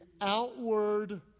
outward